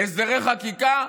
הסדרי חקיקה.